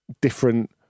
different